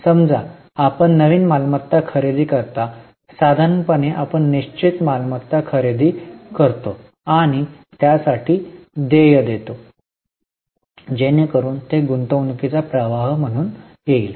समजा आपण नवीन मालमत्ता खरेदी करता साधारणपणे आपण निश्चित मालमत्ता खरेदी करतो आणि त्यासाठी देय देतो जेणेकरुन ते गुंतवणूकीचा प्रवाह म्हणून येईल